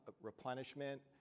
replenishment